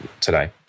today